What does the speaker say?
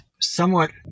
somewhat